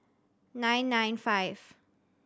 nine nine five